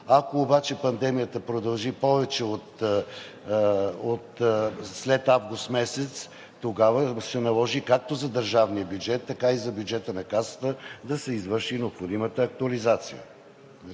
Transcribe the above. Ако обаче пандемията продължи след август месец, тогава може да се наложи както за държавния бюджет, така и за бюджета на Касата, да се извърши необходимата актуализация.